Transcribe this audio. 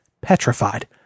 petrified